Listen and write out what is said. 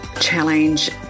challenge